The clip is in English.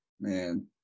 Man